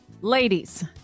ladies